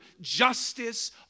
justice